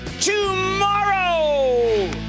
tomorrow